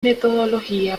metodología